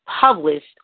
published